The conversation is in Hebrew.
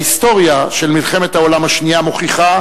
ההיסטוריה של מלחמת העולם השנייה מוכיחה